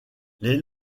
les